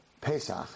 Pesach